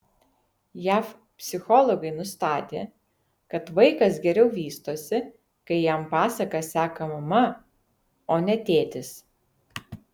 jav psichologai nustatė kad vaikas geriau vystosi kai jam pasakas seka mama o ne tėtis